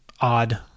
odd